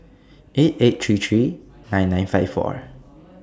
eight eight three three nine nine five four